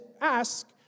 ask